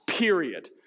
period